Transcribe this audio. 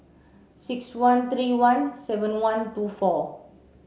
six one three one seven one two four